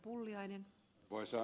arvoisa puhemies